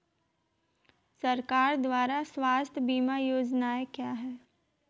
सरकार द्वारा स्वास्थ्य बीमा योजनाएं क्या हैं?